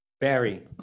barry